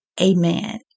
Amen